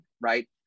right